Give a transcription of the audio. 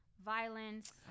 Violence